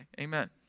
Amen